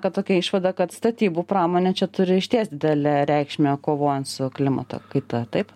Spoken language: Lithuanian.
kad tokia išvada kad statybų pramonė čia turi išties didelę reikšmę kovojant su klimato kaita taip